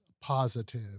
positive